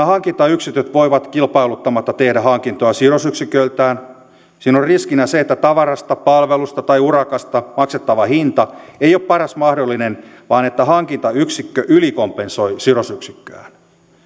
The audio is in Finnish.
hankintayksiköt voivat kilpailuttamatta tehdä hankintoja sidosyksiköiltään siinä on riskinä se että tavarasta palvelusta tai urakasta maksettava hinta ei ole paras mahdollinen vaan että hankintayksikkö ylikompensoi sidosyksikköään